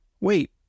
Wait